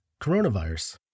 coronavirus